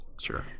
sure